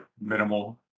minimal